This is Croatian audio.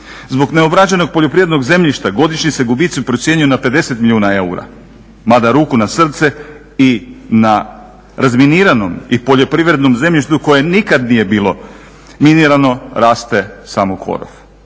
Zbog neobrađenog poljoprivrednog zemljišta godišnji se gubici procjenjuju na 50 milijuna eura, mada ruku na srce i na razminiranom i poljoprivrednom zemljištu koje nikada nije bilo minirano raste samo korov.